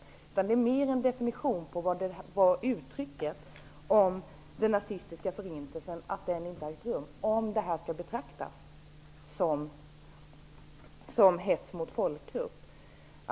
Det handlar mer om en definition och om uttalandet om att den nazistiska förintelsen inte har ägt rum skall betraktas som hets mot folkgrupp.